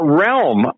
realm